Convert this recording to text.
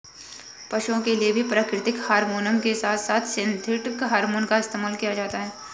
पशुओं के लिए भी प्राकृतिक हॉरमोन के साथ साथ सिंथेटिक हॉरमोन का इस्तेमाल किया जाता है